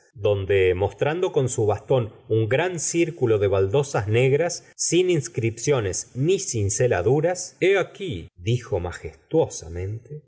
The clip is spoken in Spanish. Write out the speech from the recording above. donde mostrando con su bastón un gran circulo de baldosas negras sin inscripciones ni cinceladuras che aq ui dijo majestuosamente la